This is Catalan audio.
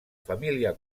família